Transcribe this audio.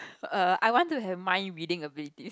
err I want to have mind reading abilities